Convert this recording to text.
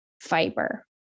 fiber